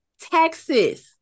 Texas